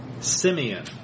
Simeon